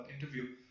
interview